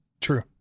True